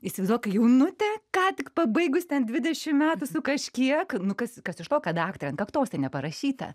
įsivaizduok jaunutė ką tik pabaigus ten dvidešim metų su kažkiek nu kas kas iš to kad daktarė ant kaktos tai neparašyta